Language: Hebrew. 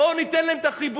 בואו ניתן להם את החיבוק,